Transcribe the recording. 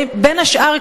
בין השאר,